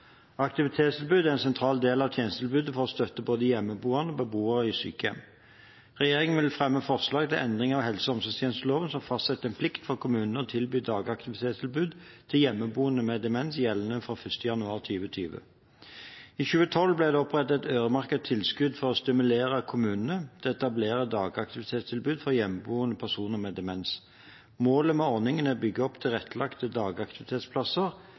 Aktivitetstilbud er en sentral del av tjenestetilbudet for å støtte både de hjemmeboende og beboere i sykehjem. Regjeringen vil fremme forslag til endringer i helse- og omsorgstjenesteloven som fastsetter en plikt for kommunene å tilby dagaktivitetstilbud til hjemmeboende med demens, gjeldende fra 1. januar 2020. I 2012 ble det opprettet et øremerket tilskudd for å stimulere kommunene til å etablere dagaktivitetstilbud for hjemmeboende personer med demens. Målet med ordningen er å bygge opp tilrettelagte dagaktivitetsplasser